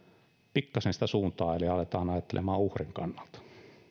pikkasen sitä suuntaa eli aletaan ajattelemaan uhrin kannalta